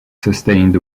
sustained